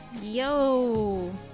Yo